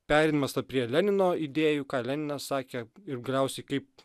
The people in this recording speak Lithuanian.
perėjimas prie lenino idėjų ką leninas sakė ir galiausiai kaip